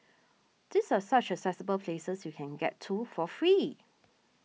these are such accessible places you can get to for free